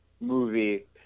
movie